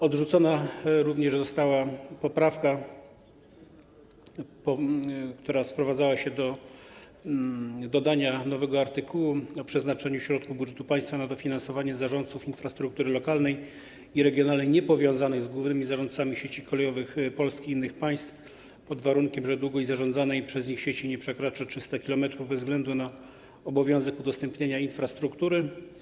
Odrzucona została również poprawka, która sprowadzała się do dodania nowego artykułu o przeznaczeniu środków budżetu państwa na dofinansowanie zarządców infrastruktury lokalnej i regionalnej niepowiązanych z głównymi zarządcami sieci kolejowych Polski i innych państw, pod warunkiem że długość zarządzanej przez nich sieci nie przekracza 300 km, bez względu na obowiązek udostępniania infrastruktury.